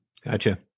gotcha